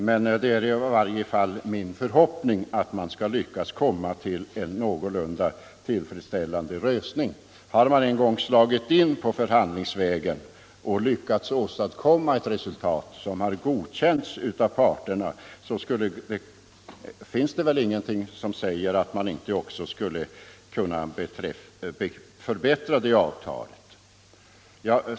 Men det är i varje fall min förhoppning att man skall lyckas nå en någorlunda tillfredsställande lösning. Har man en gång slagit in på förhandlingsvägen och lyckats åstadkomma ett resultat som godkänts av parterna finns det väl ingenting som säger att man inte också skulle kunna förbättra avtalet.